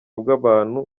bw’abantu